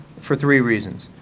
for three reasons.